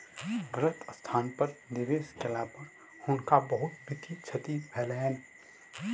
गलत स्थान पर निवेश केला पर हुनका बहुत वित्तीय क्षति भेलैन